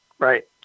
Right